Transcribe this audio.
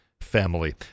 family